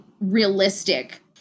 realistic